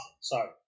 Sorry